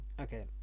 Okay